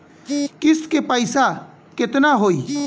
किस्त के पईसा केतना होई?